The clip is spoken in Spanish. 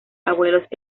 abuelos